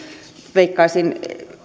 veikkaisin